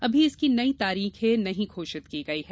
अभी इसकी नई तारीखें नहीं घोषित की गई हैं